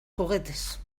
juguetes